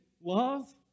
love